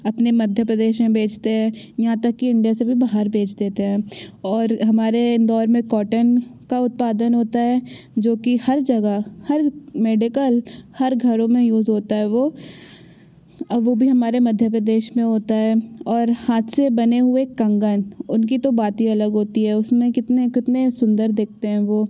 अपने मध्य प्रदेश में बेचते हैं यहाँ तक की इंडिया से भी बाहर बेच देते हैं और हमारे इंदौर में कॉटन का उत्पादन होता है जो कि हर जगह हर मेडिकल हर घर में यूज़ होता है वो अब वो भी हमारे मध्य प्रदेश में होता है और हाथ से बने हुए कंगन उनकी तो बात ही अलग होती है उसमें कितने कितने सुंदर दिखते हैं वो